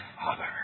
Father